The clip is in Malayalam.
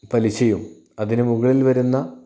പലിശയും അതിന് മുകളിൽ വരുന്ന